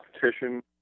competition